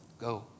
Go